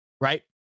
right